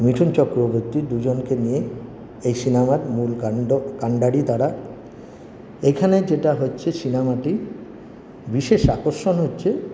মিঠুন চক্রবর্তী দুজনকে নিয়ে এই সিনেমার মূল কাণ্ড কাণ্ডারী তারা এইখানে যেটা হচ্ছে সিনেমাটি বিশেষ আকর্ষণ হচ্ছে